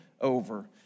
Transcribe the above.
over